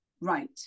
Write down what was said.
right